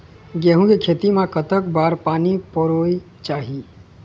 गेहूं के खेती मा कतक बार पानी परोए चाही?